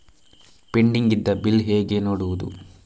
Pending ಇದ್ದ bill ಹೇಗೆ ನೋಡುವುದು?